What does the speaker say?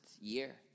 year